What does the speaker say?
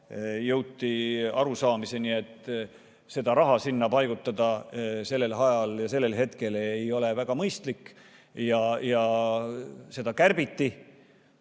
jõuti arusaamiseni, et seda raha sinna paigutada sellel ajal ja sellel hetkel ei ole väga mõistlik, ja seda kärbiti.